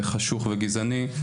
חשוך וגזעני,